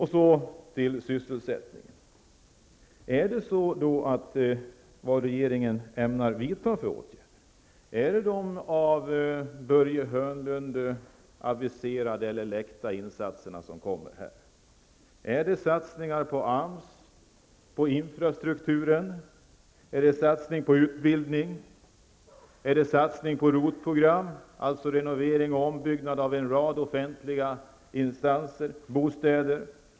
Hörnlund aviserade -- som ju har läckt ut -- insatserna som kommer i fråga här? Är det alltså fråga om satsningar på AMS, på infrastrukturen, på utbildning och på ROT-program -- dvs. program för renovering och ombyggnad beträffande en rad offentliga instanser och bostäder?